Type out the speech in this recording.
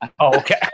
okay